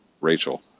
Rachel